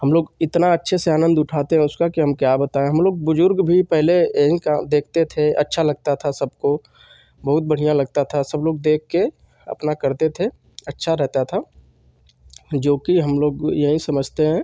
हमलोग इतना अच्छे से आनन्द उठाते हैं उसका कि हम क्या बताएँ हमलोग बुजुर्ग भी पहले यही देखते थे अच्छा लगता था सबको बहुत बढ़ियाँ लगता था सब लोग देखकर अपना करते थे अच्छा रहता था जोकि हमलोग यही समझते हैं